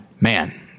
man